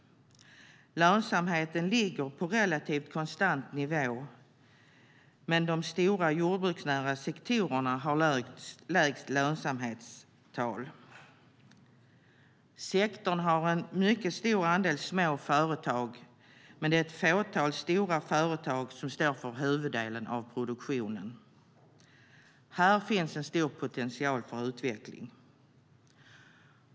Lönsamheten ligger på en relativt konstant nivå, men de stora jordbruksnära sektorerna har lägst lönsamhetstal. Sektorn har en mycket stor andel små företag, men det är ett fåtal stora företag som står för huvuddelen av produktionen. Här finns en stor potential för utveckling.